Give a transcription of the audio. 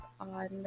on